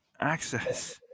access